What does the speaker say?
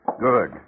Good